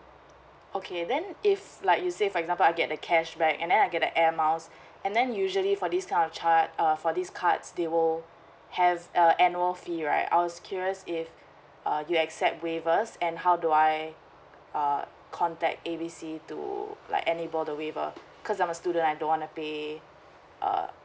okay then if like you say for example I get the cashback and then I get the air miles and then usually for this kind of chart err for these cards they will have err annual fee right I was curious if err you accept waivers and how do I err contact A B C to like any about the waiver because I'm a student I don't want to pay err